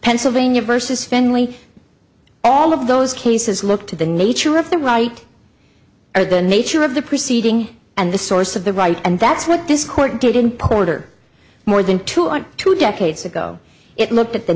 pennsylvania versus finley all of those cases look to the nature of the right or the nature of the proceeding and the source of the right and that's what this court did in porter more than two on two decades ago it looked at the